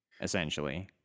essentially